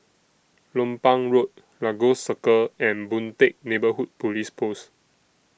Lompang Road Lagos Circle and Boon Teck Neighbourhood Police Post